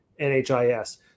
NHIS